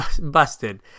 Busted